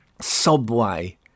subway